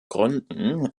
gründen